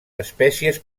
espècies